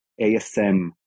ASM